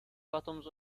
bottoms